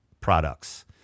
products